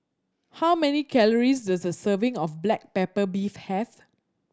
how many calories does a serving of black pepper beef have